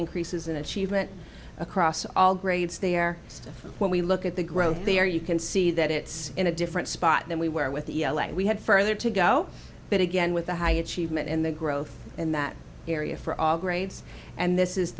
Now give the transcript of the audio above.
increases in achievement across all grades there so when we look at the growth there you can see that it's in a different spot than we were with the we have further to go but again with the high achievement and the growth in that area for all grades and this is